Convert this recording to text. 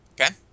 Okay